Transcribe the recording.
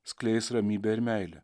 skleis ramybę ir meilę